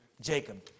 Jacob